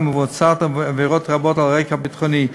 מבוצעות עבירות רבות על רקע ביטחוני.